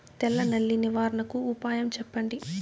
తెల్ల నల్లి నివారణకు ఉపాయం చెప్పండి?